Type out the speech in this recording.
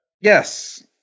Yes